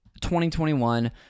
2021